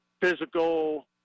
physical